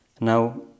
Now